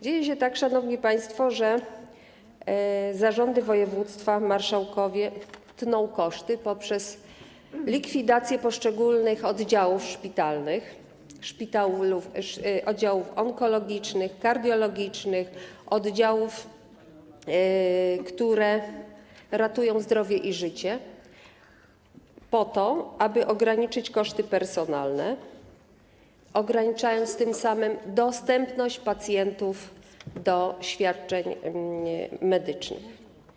Dzieje się tak, szanowni państwo, że zarządy województw, marszałkowie tną koszty poprzez likwidację poszczególnych oddziałów szpitalnych - oddziałów onkologicznych, kardiologicznych, oddziałów, które ratują zdrowie i życie - po to aby ograniczyć koszty personalne, ograniczając tym samym dostęp pacjentów do świadczeń medycznych.